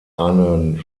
einen